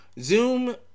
Zoom